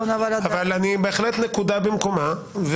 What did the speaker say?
אבל בהחלט נקודה במקומה.